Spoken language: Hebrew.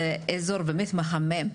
וזה אזור באמת מהמם.